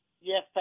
Yes